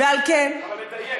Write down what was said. אבל לדייק.